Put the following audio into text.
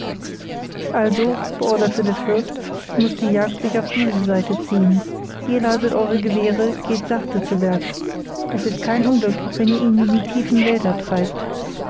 also beorderte der fürst muß die jagd sich auf diese seite ziehen ihr ladet eure gewehre geht sachte zu werk es ist kein unglück wenn ihr ihn in die tiefen wälder treibt